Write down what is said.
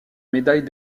médaille